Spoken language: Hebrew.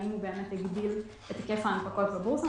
האם הוא אכן הגדיל את היקף ההנפקות בבורסה.